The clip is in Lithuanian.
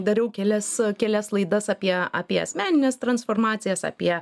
dariau kelias kelias laidas apie apie asmenines transformacijas apie